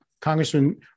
Congressman